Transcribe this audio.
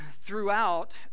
throughout